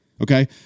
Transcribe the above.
Okay